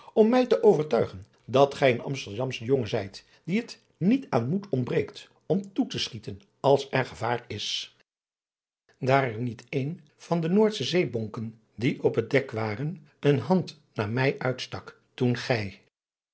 om mij te overtuigen dat gij een amsterdamsche jongen zijt dien het niet aan moed ontbreekt om toe te schieten als er gevaar is daar er niet een van de noordsche zeebonken die op het dek waren een hand naar mij uitstak toen gij